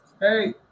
hey